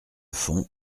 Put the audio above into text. fond